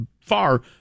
far